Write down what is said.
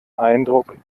eindruck